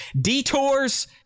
detours